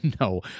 No